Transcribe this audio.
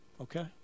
Okay